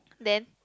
then